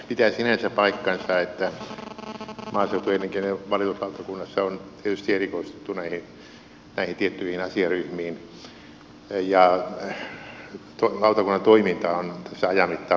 pitää sinänsä paikkansa että maaseutuelinkeinojen valituslautakunnassa on tietysti erikoistuttu näihin tiettyihin asiaryhmiin ja lautakunnan toiminta on tässä ajan mittaan parantunut